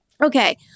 Okay